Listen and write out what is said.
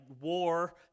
war